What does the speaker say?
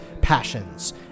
passions